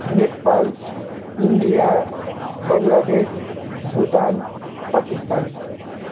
Nepal India Bangladesh Bhutan Pakistan